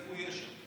איך הוא יהיה שם?